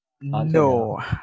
no